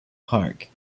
park